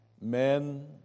men